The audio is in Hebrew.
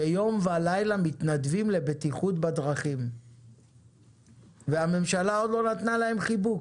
שיום ולילה מתנדבים לבטיחות בדרכים והממשלה עוד לא נתנה להם חיבוק.